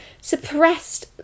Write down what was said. suppressed